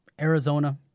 Arizona